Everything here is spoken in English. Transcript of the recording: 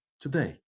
today